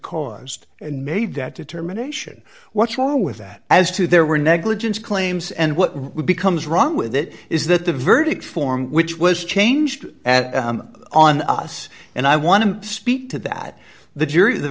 caused and made that determination what's wrong with that as to there were negligence claims and what becomes wrong with it is that the verdict form which was changed at on us and i want to speak to that the jury the